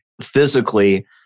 physically